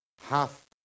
half